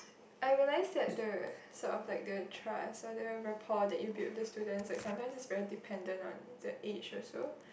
I realise that the sort of like the trust or the rapport that you build with the students like sometimes it's very dependent on the age also